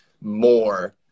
more